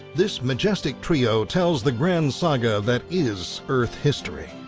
this majestic trio tells the grand saga that is earth history.